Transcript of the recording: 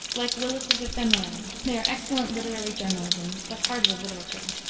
like willis's ephemerae, they are excellent literary journalism, but hardly literature.